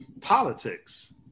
politics